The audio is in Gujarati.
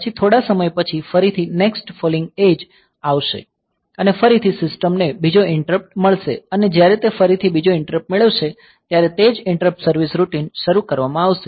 પછી થોડા સમય પછી ફરીથી નેક્સ્ટ ફોલિંગ એડ્જ આવશે અને ફરીથી સિસ્ટમને બીજો ઈંટરપ્ટ મળશે અને જ્યારે તે ફરીથી બીજો ઈંટરપ્ટ મેળવશે ત્યારે તે જ ઈંટરપ્ટ સર્વીસ રૂટિન શરૂ કરવામાં આવશે